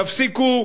תפסיקו